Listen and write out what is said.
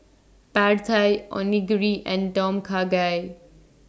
Pad Thai Onigiri and Tom Kha Gai